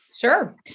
Sure